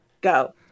go